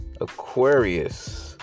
Aquarius